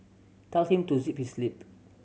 tell him to zip his lip